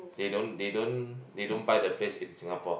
they don't they don't they don't buy the place in Singapore